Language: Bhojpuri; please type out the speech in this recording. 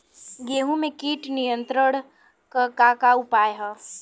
गेहूँ में कीट नियंत्रण क का का उपाय ह?